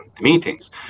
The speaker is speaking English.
meetings